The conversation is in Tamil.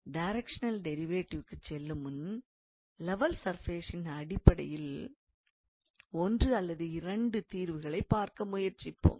டைரெக்ஷனல் டிரைவேட்டிவிற்கு செல்லும்முன் லெவல் சர்ஃபேசின் அடிப்படையில் ஒன்று அல்லது இரண்டு தீர்வுகளைப் பார்க்க முயற்சிப்போம்